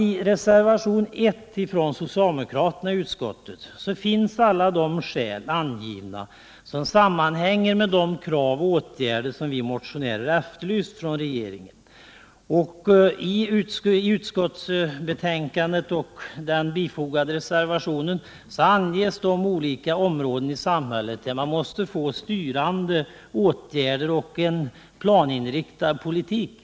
I reservationen 1 från socialdemokraterna i utskottet finns nämligen alla de skäl angivna som sammanhänger med de krav och åtgärder som vi motionärer efterlyst från regeringen. I reservationen anges de olika områden i samhället där vi måste få styrande åtgärder och en planinriktad politik.